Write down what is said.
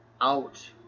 out